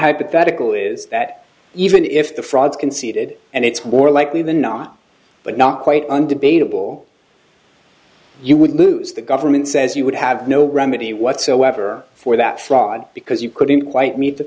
hypothetical is that even if the frauds conceded and it's war likely than not but not quite under beta will you would lose the government says you would have no remedy whatsoever for that fraud because you couldn't quite meet the